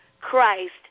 Christ